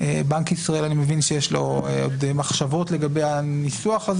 אני מבין שבנק ישראל רוצה עוד לחשוב לגבי הניסוח.